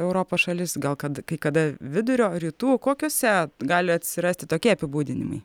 europos šalis gal kad kai kada vidurio rytų kokiose gali atsirasti tokie apibūdinimai